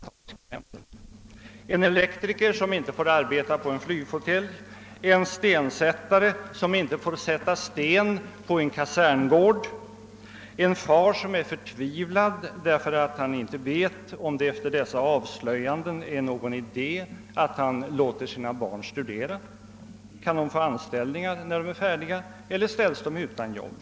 Det gäller en elektriker som inte får arbeta på en flygflottilj, en stensättare som inte får sätta sten på en kaserngård, en far som är förtvivlad därför att han inte vet om det efter dessa avslöjanden är någon idé att han låter sina barn studera. Kan de få anställningar när de är färdiga eller ställes de utan arbete?